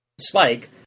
Spike